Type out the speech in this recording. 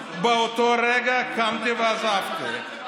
באותו רגע קמתי ועזבתי.